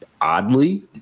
oddly